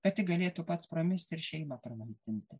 kad tik galėtų pats pramisti ir šeimą pramaitinti